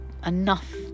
enough